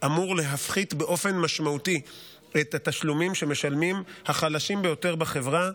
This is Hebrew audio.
שאמור להפחית באופן משמעותי את התשלומים שמשלמים החלשים ביותר בחברה,